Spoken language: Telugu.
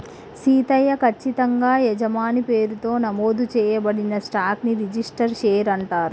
సీతయ్య, కచ్చితంగా యజమాని పేరుతో నమోదు చేయబడిన స్టాక్ ని రిజిస్టరు షేర్ అంటారు